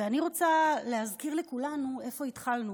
ואני רוצה להזכיר לכולנו איפה התחלנו: